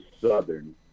Southern